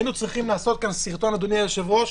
היינו צריכים, אדוני היושב-ראש,